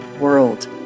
world